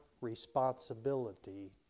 responsibility